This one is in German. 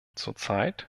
zurzeit